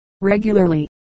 regularly